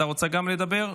אתה רוצה גם לדבר?